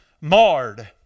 marred